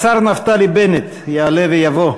השר נפתלי בנט יעלה ויבוא,